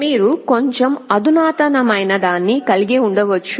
మీరు కొంచెం అధునాతనమైనదాన్ని కలిగి ఉండవచ్చు